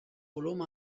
volum